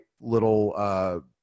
little